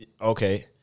Okay